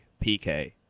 PK